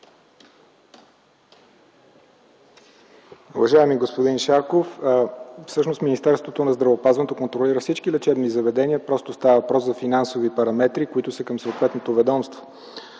Уважаеми господин Шарков, всъщност Министерството на здравеопазването контролира всички лечебни заведения. Просто става въпрос за финансови параметри, които са към съответното ведомство.